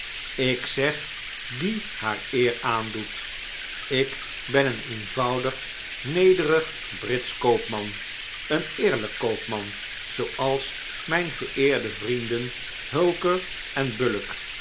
ik zeg die haar eer aandoet ik ben een eenvoudig nederig britsch koopman een eerlijk koopman zooals mijn geeerde vrienden hulker